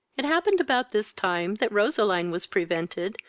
it happened about this time that roseline was prevented,